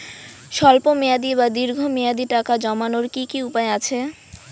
স্বল্প মেয়াদি বা দীর্ঘ মেয়াদি টাকা জমানোর কি কি উপায় আছে?